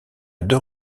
deux